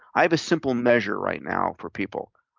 i have a simple measure right now for people.